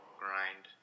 grind